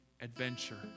adventure